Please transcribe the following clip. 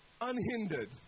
unhindered